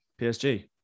PSG